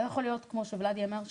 לא יכול להיות כמו שולדי אמר,